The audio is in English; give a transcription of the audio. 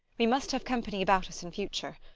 we must have company about us in future.